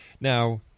Now